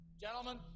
Gentlemen